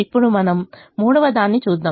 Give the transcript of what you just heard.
ఇప్పుడు మనం మూడవదాన్ని చూద్దాం